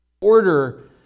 order